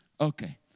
Okay